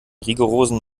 rigorosen